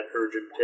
urgent